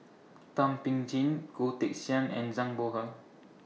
Thum Ping Tjin Goh Teck Sian and Zhang Bohe